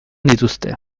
dituzte